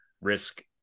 risk